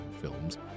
films